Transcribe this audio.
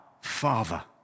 Father